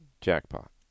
jackpot